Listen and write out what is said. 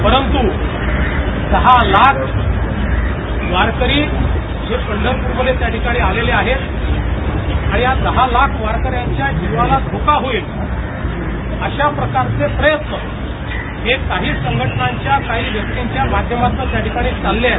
परंतू दहा लाख वारकरी जे पंढरपूरमध्ये त्या ठिकाणी आलेले आहेत आणि या दहा लाख वारकऱ्यांच्या जीवाला धोका होईल अशा प्रकारचे प्रयत्न हे काही संघटनांच्या काही व्यक्तींच्या माध्यमातनं त्याठिकाणी चालले आहेत